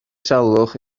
salwch